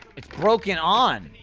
it's broken on!